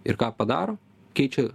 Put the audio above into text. ir ką padaro keičia